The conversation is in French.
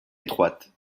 étroites